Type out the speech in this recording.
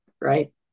right